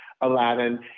Aladdin